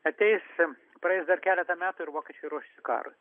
ateisim praeis dar keletą metų ir vokiečiai ruošis karui